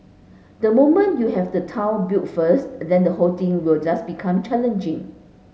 the moment you have the town built first then the whole thing will just become challenging